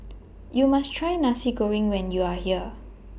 YOU must Try Nasi Goreng when YOU Are here